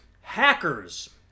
Hackers